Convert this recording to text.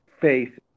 faith